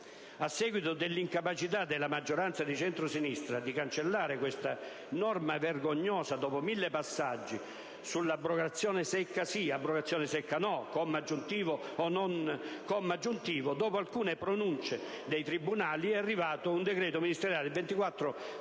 A seguito dell'incapacità della maggioranza di centrosinistra di cancellare questa norma vergognosa, dopo mille passaggi parlamentari su «abrogazione secca sì, abrogazione secca no», «comma aggiuntivo o non comma aggiuntivo», dopo alcune pronunce dei tribunali, è arrivato un decreto ministeriale del 24 febbraio